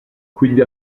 quindi